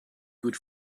good